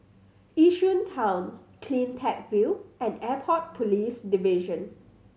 Yishun Town Cleantech View and Airport Police Division